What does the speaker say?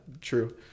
true